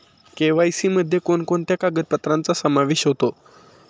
KYC मध्ये कोणकोणत्या कागदपत्रांचा समावेश होतो?